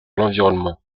l’environnement